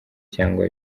cyangwa